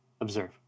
observe